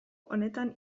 honetan